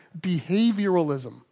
behavioralism